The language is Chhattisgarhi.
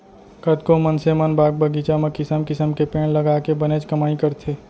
कतको मनसे मन बाग बगीचा म किसम किसम के पेड़ लगाके बनेच कमाई करथे